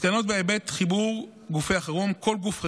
מסקנות בהיבט של חיבור גופי החירום: 1. כל גוף חירום,